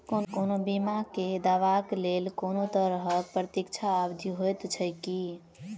कोनो बीमा केँ दावाक लेल कोनों तरहक प्रतीक्षा अवधि होइत छैक की?